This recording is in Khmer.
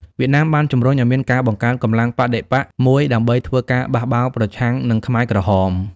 វៀតណាមបានជំរុញឱ្យមានការបង្កើតកម្លាំងបដិបក្ខមួយដើម្បីធ្វើការបះបោរប្រឆាំងនឹងខ្មែរក្រហម។